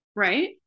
Right